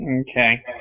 Okay